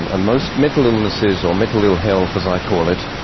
and and most mental illness is, or mental ill health as i call it,